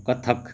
Kathak